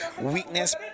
weakness